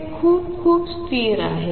ते खूप खूप स्थिर आहेत